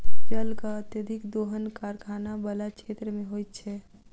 जलक अत्यधिक दोहन कारखाना बला क्षेत्र मे होइत छै